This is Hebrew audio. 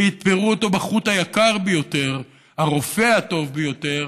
ויתפרו אותו בחוט היקר ביותר, הרופא הטוב ביותר,